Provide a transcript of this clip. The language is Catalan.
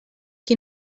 qui